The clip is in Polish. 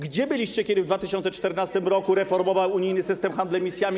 Gdzie byliście, kiedy w 2014 r. reformował unijny system handlu emisjami?